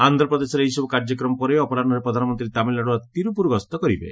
ଆନ୍ଧ୍ର ପ୍ରଦେଶରେ ଏହିସବୁ କାର୍ଯ୍ୟକ୍ରମ ପରେ ଅପରାହ୍ୱରେ ପ୍ରଧାନମନ୍ତ୍ରୀ ତାମିଲ୍ନାଡୁର ତିରୁପୁର ଗସ୍ତ କରିବେ